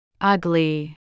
Ugly